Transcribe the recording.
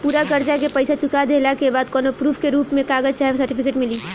पूरा कर्जा के पईसा चुका देहला के बाद कौनो प्रूफ के रूप में कागज चाहे सर्टिफिकेट मिली?